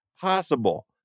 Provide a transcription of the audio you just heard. possible